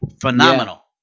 phenomenal